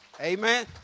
Amen